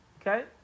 Okay